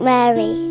Mary